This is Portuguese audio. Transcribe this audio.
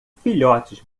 filhotes